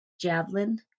javelin